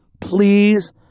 Please